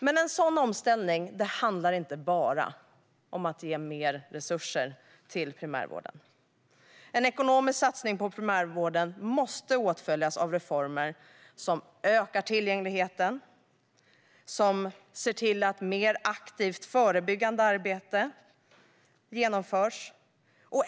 Men en sådan omställning handlar inte bara om att ge mer resurser till primärvården. En ekonomisk satsning på primärvården måste åtföljas av reformer som ökar tillgängligheten och ser till att mer aktivt förebyggande arbete genomförs.